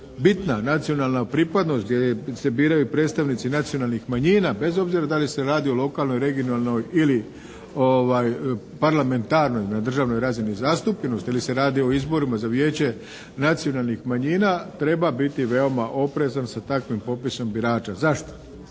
bitna nacionalna pripadnost, gdje se biraju predstavnici nacionalnih manjina, bez obzira da li se radi o lokalnoj, regionalnoj ili parlamentarnoj, na državnoj razini zastupljenosti ili se radi o izborima za vijeće nacionalnih manjina treba biti veoma oprezan sa takvim popisom birača. Zašto?